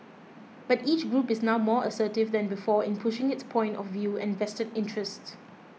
but each group is now more assertive than before in pushing its point of view and vested interests